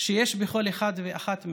שיש בכל אחד ואחת מאיתנו,